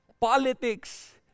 politics